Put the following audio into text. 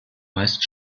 meist